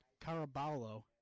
Caraballo